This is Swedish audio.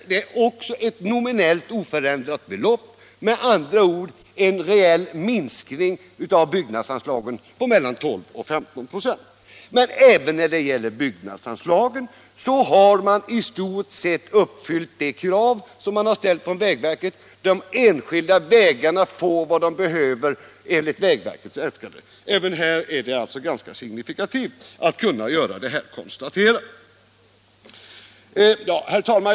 Också här upptar budgeten ett nominellt oförändrat belopp, med andra ord en reell minskning av byggnadsanslaget på mellan 12 och 15 96. Även när det gäller byggnadsanslagen har man i stort sett uppfyllt de krav som vägverket har ställt; de enskilda vägarna får vad de behöver enligt vägverkets äskanden. Det är ganska signifikativt att man även här kan göra detta konstaterande. Herr talman!